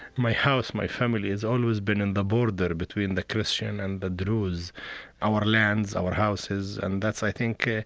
my house, my family, has always been in the border between the christian and the druze our lands, our houses. and that's, i think, ah